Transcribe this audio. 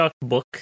book